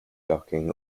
docking